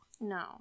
No